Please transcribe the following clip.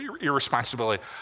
irresponsibility